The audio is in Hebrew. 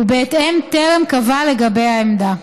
ובהתאם, טרם קבעה לגביה עמדה.